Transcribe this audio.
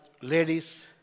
ladies